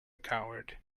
coward